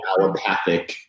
allopathic